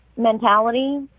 mentality